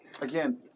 again